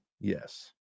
Yes